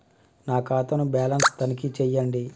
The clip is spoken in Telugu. నా ఖాతా ను బ్యాలన్స్ తనిఖీ చేయండి?